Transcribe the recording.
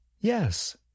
Yes